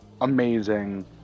amazing